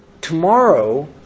tomorrow